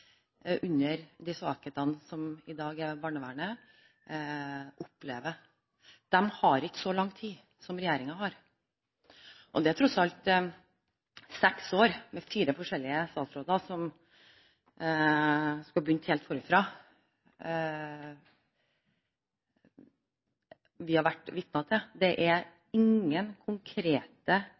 under de svakhetene som i dag er i barnevernet, opplever. De har ikke så lang tid som regjeringen har. Det er tross alt seks år med fire forskjellige statsråder som skal begynne helt forfra, vi har vært vitne til. Det er ingen konkrete